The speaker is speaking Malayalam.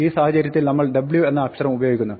ഈ സാഹചര്യത്തിൽ നമ്മൾ 'w' എന്ന അക്ഷരം ഉപയോഗിക്കുന്നു